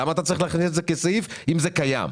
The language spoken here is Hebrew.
למה אתה צריך להכניס את זה כסעיף אם זה קיים?